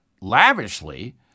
lavishly